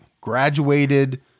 graduated